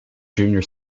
junior